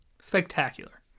spectacular